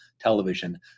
television